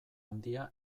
handia